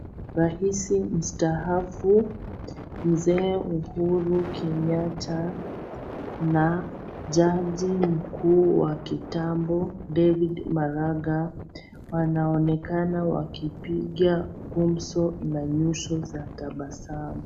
Raisi mstaafu, Mzee Uhuru Kenyatta na jaji mkuu wa kitambo David Maraga. Wanaoneka wakipiga gumzo na nyuso za tabasamu.